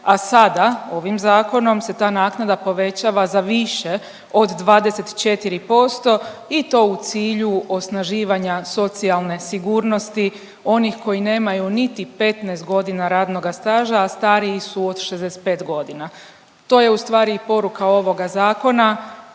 a sada ovim zakonom se ta naknada povećava za više od 24% i to u cilju osnaživanja socijalne sigurnosti onih koji nemaju niti 15 godina radnoga staža, a stariji su od 65 godina. To je u stvari i poruka ovoga zakona,